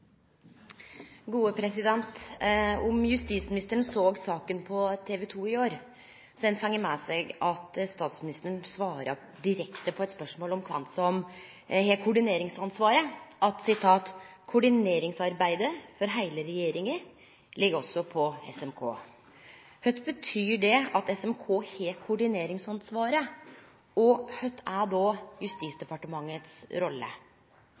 Om justisministeren såg saka på TV 2 i går, fekk han med seg at statsministeren svara direkte på eit spørsmål om kven som har koordineringsansvaret, at «koordineringsarbeidet for heile regjeringa ligg også på SMK». Kva betyr det at SMK har koordineringsansvaret, og kva er då Justisdepartementet si rolle?